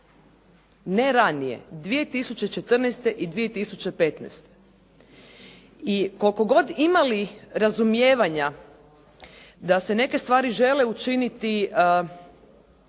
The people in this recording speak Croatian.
ne ranije i koliko god imali razumijevanja da se neke stvari žele učiniti